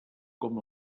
com